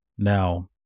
Now